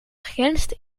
grenst